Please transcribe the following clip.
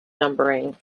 numbering